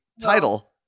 title